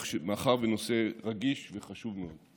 מאחר שהנושא רגיש וחשוב מאוד.